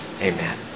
Amen